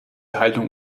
haltung